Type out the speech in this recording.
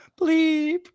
bleep